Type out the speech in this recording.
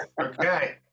okay